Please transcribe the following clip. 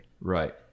Right